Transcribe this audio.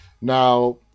Now